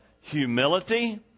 humility